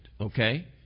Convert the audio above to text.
okay